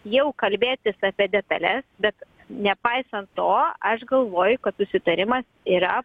jau kalbėtis apie detales bet nepaisant to aš galvoju kad susitarimas yra